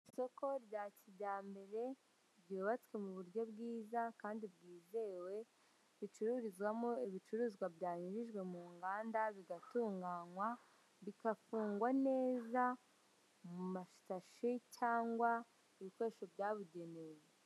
isoko rya kijyambere ryubatswe mu buryo bwiza kandi bwizewe ricururizwamo ibicuruzwa byanyujijwe mu nganda bigatunganywa, bigafungwa neza mu masashi cyangwa ibikoresho byabugenewe.